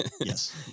yes